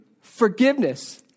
forgiveness